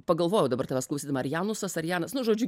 pagalvojau dabar tavęs klausdama ar janusas ar janas nu žodžiu